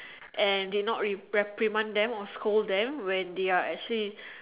and did not reprimand them or scold them when they're actually